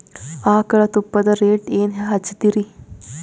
ಆಕಳ ತುಪ್ಪದ ರೇಟ್ ಏನ ಹಚ್ಚತೀರಿ?